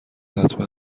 حتما